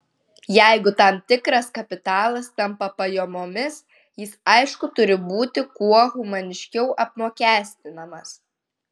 jeigu tam tikras kapitalas tampa pajamomis jis aišku turi būti kuo humaniškiau apmokestinamas